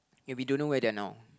and we don't know where they're now